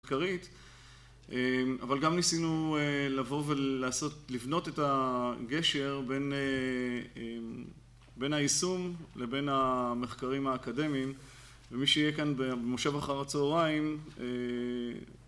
אבל גם ניסינו לבוא ולבנות את הגשר בין היישום לבין המחקרים האקדמיים ומי שיהיה כאן במושב אחר הצהריים